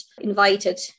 invited